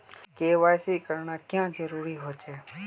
KYC करना क्याँ जरुरी होचे?